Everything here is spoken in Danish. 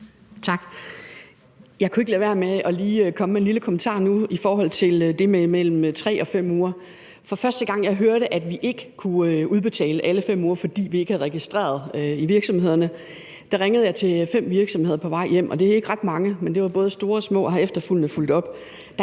Jeg kunne ikke lade være med lige at komme med en lille kommentar nu i forhold til det med mellem 3 og 5 uger, for første gang jeg hørte, at man ikke kunne udbetale alle 5 uger, fordi vi ikke havde registreret det i virksomhederne, ringede jeg til fem virksomheder på vej hjem. Det er ikke ret mange, men det var både store og små, og jeg har efterfølgende fulgt op